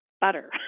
butter